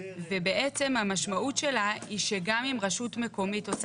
ובעצם המשמעות שלה היא שגם אם רשות מקומית עושה